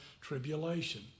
tribulation